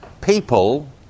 people